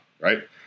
right